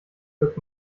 wirkt